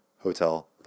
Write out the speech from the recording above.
Hotel